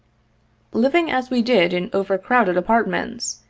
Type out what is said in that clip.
living as we did in overcrowded apartments,